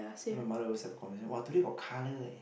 then my mother always have a conversation !wah! today got colour eh